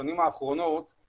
השנים האחרונות הוא